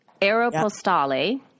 Aeropostale